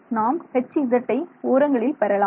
நாம் Hz ஓரங்களில் பெறலாம்